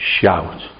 Shout